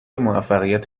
موفقیت